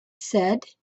said